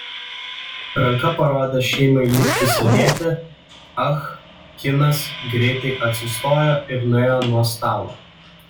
ranka parodęs šeimai likti sėdėti ah kinas greitai atsistojo ir nuėjo nuo stalo